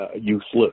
useless